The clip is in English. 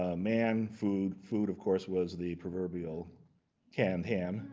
ah man, food. food, of course, was the proverbial canned ham